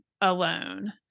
alone